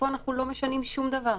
פה אנחנו לא משנים שום דבר.